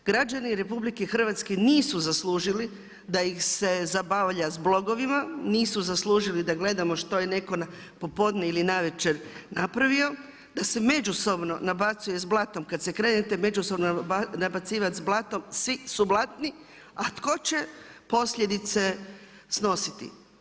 Građani RH nisu zaslužili da ih se zabavlja sa blogovima, nisu zaslužili da gledamo što je netko popodne ili navečer napravio, da se međusobno nabacuju s blatom, kad se krenete međusobno nabacivati s blatom, svi su blatni a tko će posljedice snositi?